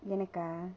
ஏனாக:yenaakaa